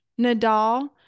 Nadal